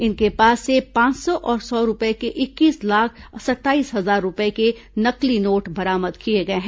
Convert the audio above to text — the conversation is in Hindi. इनके पास से पांच सौ और सौ रूपये के इक्कीस लाख सत्ताईस हजार रूपये के नकली नोट बरामद किए गए हैं